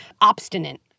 obstinate